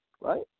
Right